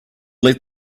let